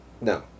no